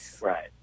Right